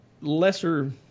lesser